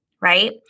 right